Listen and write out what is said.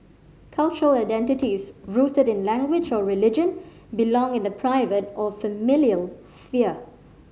cultural identities rooted in language or religion belong in the private or familial sphere